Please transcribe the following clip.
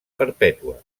perpètua